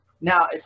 Now